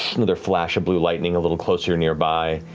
another flash of blue lighting a little closer nearby,